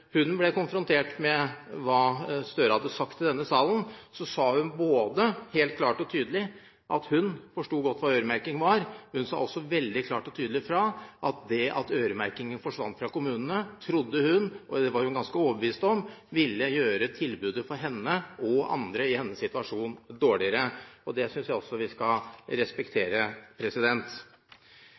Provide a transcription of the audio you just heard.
tydelig at hun forsto godt hva øremerking var, og hun sa også klart fra om – hun var ganske overbevist om – at det at øremerking forsvant fra kommunene, ville gjøre tilbudet for henne og andre i hennes situasjon dårligere. Det synes jeg også vi skal respektere.